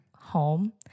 home